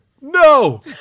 no